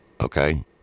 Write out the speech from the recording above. Okay